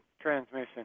transmission